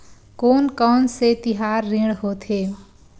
कोन कौन से तिहार ऋण होथे?